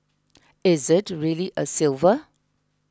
is it really a silver